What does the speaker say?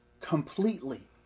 completely